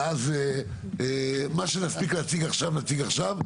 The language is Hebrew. ואז מה שנספיק להציג עכשיו, נציג עכשיו.